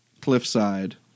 cliffside